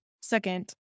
Second